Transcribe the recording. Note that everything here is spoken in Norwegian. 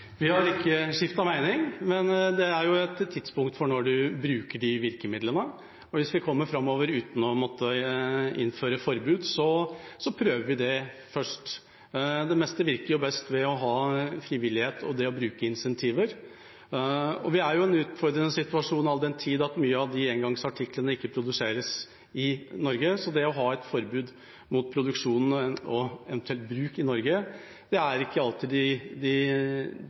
Venstre har skiftet mening i disse sakene. Vi har ikke skiftet mening, men det er jo et tidspunkt for når en bruker de virkemidlene. Hvis vi kommer videre uten å måtte innføre forbud, prøver vi det først. Det meste virker jo best ved å ha frivillighet og bruke incentiver. Vi er i en utfordrende situasjon, all den tid mange av de engangsartiklene ikke produseres i Norge, så det å ha et forbud mot produksjon og eventuelt bruk i Norge er ikke alltid